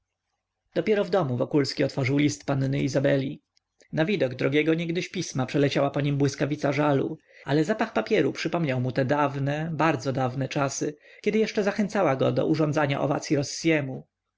dopiero w domu wokulski otworzył list panny izabeli na widok drogiego niegdyś pisma przeleciała po nim błyskawica żalu ale zapach papieru przypomniał mu te dawne bardzo dawne czasy kiedy jeszcze zachęcała go do urządzania